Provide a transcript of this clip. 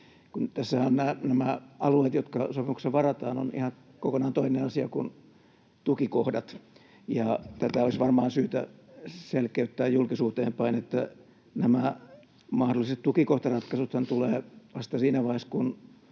Tässähän nämä alueet, jotka sopimuksessa varataan, ovat ihan kokonaan toinen asia kuin tukikohdat, ja olisi varmaan syytä selkeyttää julkisuuteen vain, että nämä mahdolliset tukikohtaratkaisuthan tulevat vasta siinä vaiheessa,